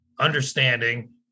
understanding